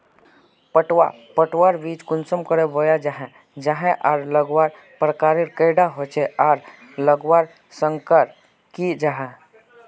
पटवा पटवार बीज कुंसम करे बोया जाहा जाहा आर लगवार प्रकारेर कैडा होचे आर लगवार संगकर की जाहा?